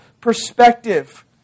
perspective